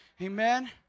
Amen